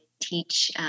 teach